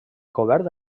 cobert